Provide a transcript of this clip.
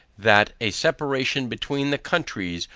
that a separation between the countries,